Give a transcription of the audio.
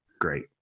Great